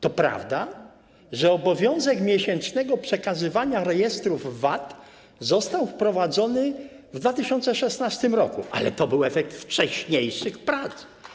To prawda, że obowiązek miesięcznego przekazywania rejestrów VAT został wprowadzony w 2016 r., ale to był efekt wcześniejszych prac.